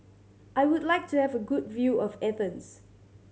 I would like to have a good view of Athens